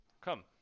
come